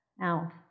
now